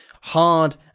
hard